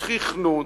תכנון,